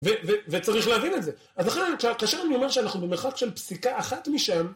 וצריך להבין את זה. אז לכן כאשר אני אומר שאנחנו במרחק של פסיקה אחת משם...